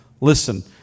listen